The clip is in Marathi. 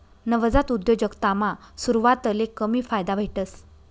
नवजात उद्योजकतामा सुरवातले कमी फायदा भेटस